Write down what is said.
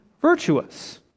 virtuous